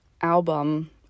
album